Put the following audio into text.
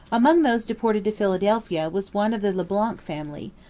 among those deported to philadelphia was one of the le blanc family,